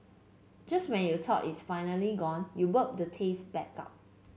just when you thought it's finally gone you burp the taste back up